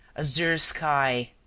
azure sky,